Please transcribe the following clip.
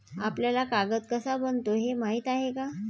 आपल्याला कागद कसा बनतो हे माहीत आहे का?